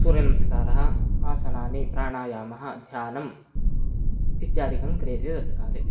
सूर्यनमस्कारः आसनानि प्राणायामः ध्यानम् इत्यादिकं क्रियते तत्काले